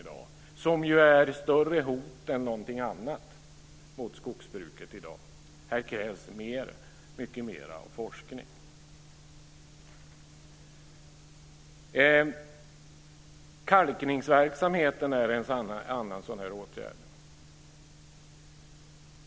Dessa är i dag ett större hot mot skogen än någonting annat. Här krävs mycket mera forskning. Kalkningsverksamheten är en annan åtgärd.